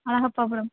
Alagappapuram